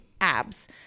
abs